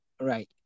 Right